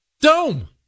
dome